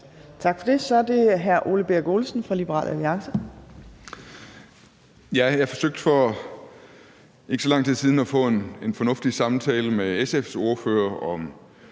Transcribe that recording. Tak for det. Så er det hr. Ole Birk Olesen fra Liberal Alliance. Kl. 13:46 Ole Birk Olesen (LA): Jeg forsøgte for ikke så lang tid siden at få en fornuftig samtale med SF's ordfører om